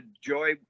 joy